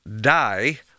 Die